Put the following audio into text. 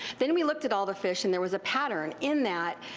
then we looked at all the fish and there was a pattern in that.